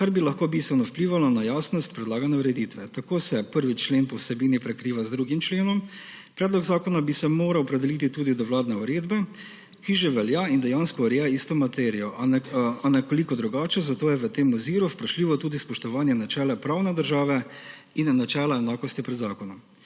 kar bi lahko bistveno vplivalo na jasnost predlagane ureditve. Tako se 1. člen po vsebini prekriva z 2. členom. Predlog zakona bi se moral opredeliti tudi do vladne uredbe, ki že velja in dejansko ureja isto materijo, a nekoliko drugače, zato je v tem oziru vprašljivo tudi spoštovanje načela pravne države in načela enakosti pred zakonom.